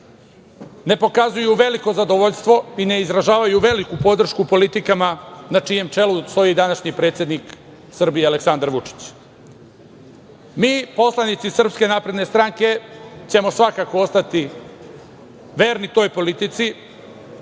ne pokazuju veliko zadovoljstvo i ne izražavaju veliku podršku politikama na čijem čelu stoji današnji predsednik Srbije, Aleksandar Vučić. Mi, poslanici SNS, ćemo svakako ostati verni toj politici,